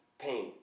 pain